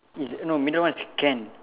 is no middle one is can